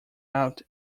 out